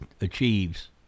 achieves